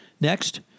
Next